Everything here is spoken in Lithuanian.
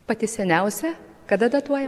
pati seniausia kada datuojama